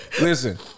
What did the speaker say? listen